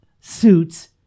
suits